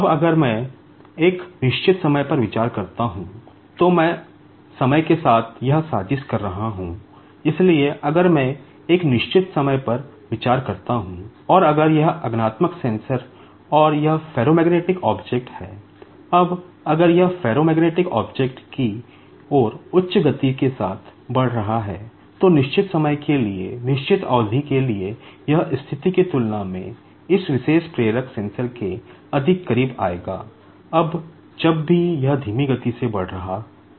अब अगर मैं एक निश्चित समय पर विचार करता हूं तो मैं समय के साथ यहां प्लॉट के अधिक करीब आएगा जब भी यह धीमी गति से बढ़ रहा था